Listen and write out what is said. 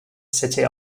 city